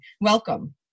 Welcome